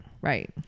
right